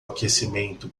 aquecimento